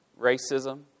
racism